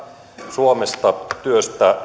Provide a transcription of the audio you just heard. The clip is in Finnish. suomesta työstä